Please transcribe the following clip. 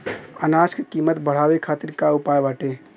अनाज क कीमत बढ़ावे खातिर का उपाय बाटे?